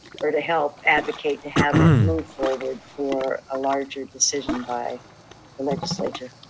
or to help advocate to have it moved forward for a larger decision by the legislature.